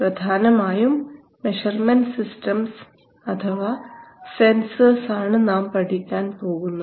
പ്രധാനമായും measurement systems അഥവാ sensors ആണ് നാം പഠിക്കാൻ പോകുന്നത്